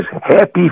happy